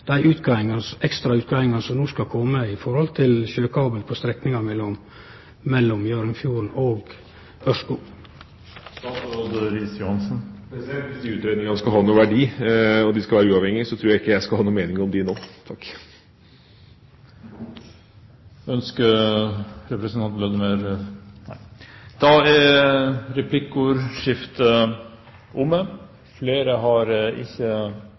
ekstra utgreiingane som no skal kome om sjøkabel på strekninga mellom Hjørundfjorden og Ørskog? Hvis de utredningene skal ha noen verdi, og de skal være uavhengige, tror jeg ikke jeg skal ha noen mening om dem nå. Da er replikkordskiftet omme. Flere har ikke